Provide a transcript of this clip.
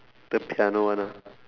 the piano one ah